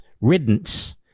riddance